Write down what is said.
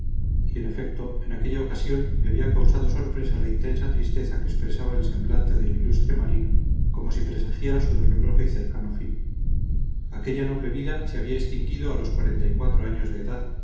y en efecto en aquella ocasión me había causado sorpresa la intensa tristeza que expresaba el semblante del ilustre marino como si presagiara su doloroso y cercano fin aquella noble vida se había extinguido a los cuarenta y cuatro años de edad